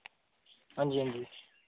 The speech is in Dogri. हांजी हांजी